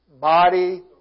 body